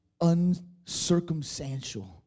uncircumstantial